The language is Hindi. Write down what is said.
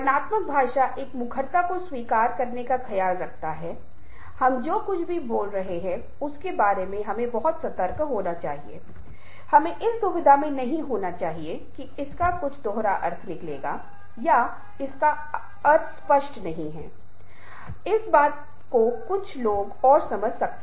आपकी प्रेरणा विभिन्न प्रकार की हो सकती है इस पाठ्यक्रम को पूरा करने और परीक्षा देने के लिए कुछ खास तरीके से प्रेरित होना उतना ही सरल हो सकता है या यह एक प्रेरणा हो सकती है जो हमें इस अर्थ में अलग अलग तरीके से कहे कि आप सिर्फ सीखने और खुद को बेहतर बनाने के लिए प्रेरित हैं